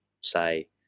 say